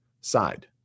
side